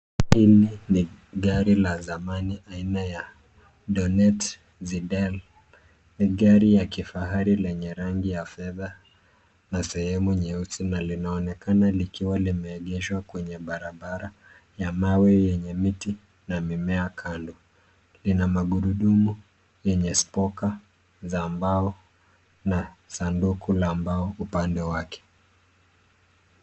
Hili ni gari la zamani aina ya Donet Zidel. Ni gari ya kifahari lenye rangi ya fedha na sehemu nyeusi na linaonekana likiwa limeegeshwa kwenye barabara ya mawe yenye miti na mimea kando. Lina magurudumu yenye spoka za mbao na sanduku la mbao upande wake.